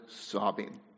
sobbing